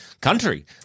country